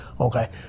Okay